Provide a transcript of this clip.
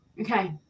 Okay